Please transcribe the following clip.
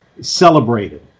celebrated